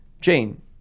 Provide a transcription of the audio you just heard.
Jane